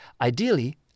ideally